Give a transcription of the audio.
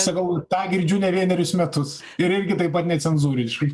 sakau tą girdžiu ne vienerius metus ir irgi taip pat necenzūriškai